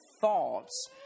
thoughts